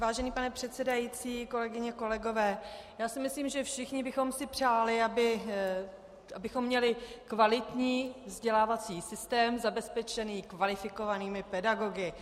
Vážený pane předsedající, kolegyně a kolegové, já si myslím, že všichni bychom si přáli, abychom měli kvalitní vzdělávací systém zabezpečený kvalifikovanými pedagogy.